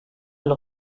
elle